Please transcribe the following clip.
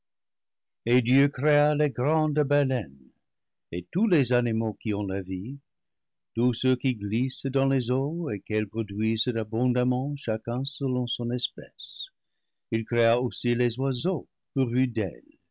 et dieu créa les grandes baleines et tous les animaux qui ont la vie tous ceux qui glissent dans les eaux et qu'elles produi sent abondamment chacun selon son espèce il créa aussi les oiseaux pourvus